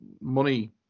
money